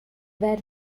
were